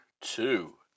two